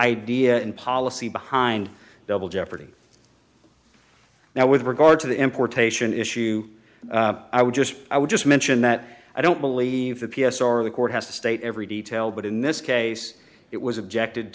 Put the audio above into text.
idea and policy behind double jeopardy now with regard to the importation issue i would just i would just mention that i don't believe the p s or the court has to state every detail but in this case it was objected